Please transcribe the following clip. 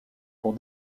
pour